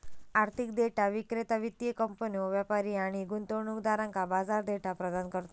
आर्थिक डेटा विक्रेता वित्तीय कंपन्यो, व्यापारी आणि गुंतवणूकदारांका बाजार डेटा प्रदान करता